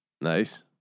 Nice